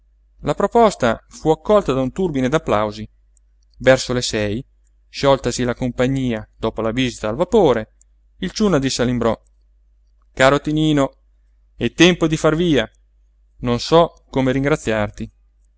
la proposta fu accolta da un turbine d'applausi verso le sei scioltasi la compagnia dopo la visita al vapore il ciunna disse all'imbrò caro tinino è tempo di far via non so come ringraziarti